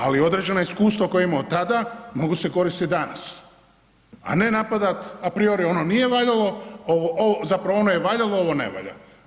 Ali određena iskustava koja imamo tada mogu se koristit danas, a ne napadat apriori ono nije valjalo, zapravo ono je valjalo ovo ne valja.